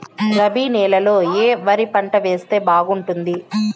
రబి నెలలో ఏ వరి పంట వేస్తే బాగుంటుంది